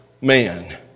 man